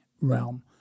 realm